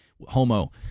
homo